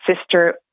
sister